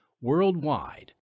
worldwide